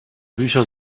bücher